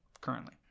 Currently